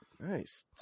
nice